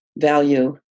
value